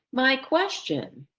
my question.